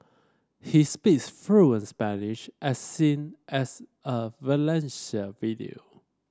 he speaks fluent Spanish as seen as a Valencia video